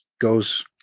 goes